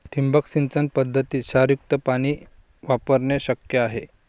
ठिबक सिंचन पद्धतीत क्षारयुक्त पाणी वापरणे शक्य आहे